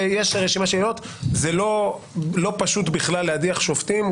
לא פשוט בכלל להדיח שופטים,